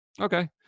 okay